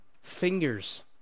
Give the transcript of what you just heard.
Fingers